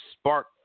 spark